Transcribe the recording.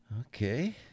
Okay